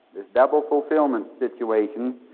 this double fulfillment situation,